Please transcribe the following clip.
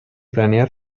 planea